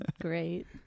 great